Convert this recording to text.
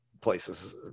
places